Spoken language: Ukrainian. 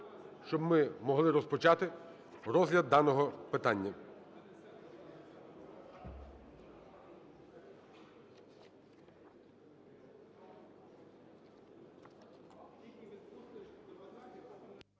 щоб ми могли розпочати розгляд даного питання.